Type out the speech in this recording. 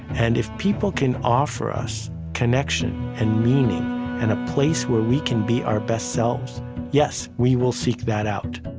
and if people can offer us connection and meaning and a place where we can be our best selves yes, we will seek that out